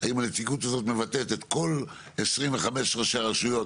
האם הנציגות הזאת מבטאת את כל 25 ראשי הרשויות,